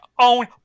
own